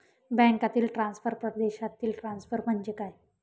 बँकांतील ट्रान्सफर, परदेशातील ट्रान्सफर म्हणजे काय?